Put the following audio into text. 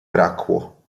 brakło